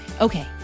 Okay